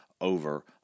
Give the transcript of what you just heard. over